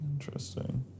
Interesting